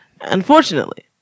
unfortunately